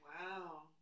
Wow